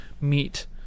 meet